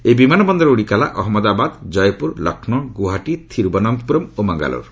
ଏହି ବିମାନ ବନ୍ଦରଗୁଡ଼ିକ ହେଲା ଅହମ୍ମଦାବାଦ ଜୟପୁର ଲକ୍ଷ୍ମୌ ଗୁଆହାଟୀ ତିରବନନ୍ତପୁରମ୍ ଓ ମାଙ୍ଗାଲୋର